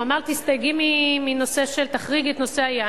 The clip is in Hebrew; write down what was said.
הוא אמר: תסתייגי, תחריגי את נושא היין.